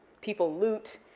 people loot,